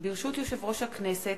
ברשות יושב-ראש הכנסת,